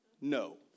No